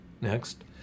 Next